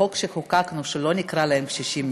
בחוק שחוקקנו שלא נקרא להם קשישים,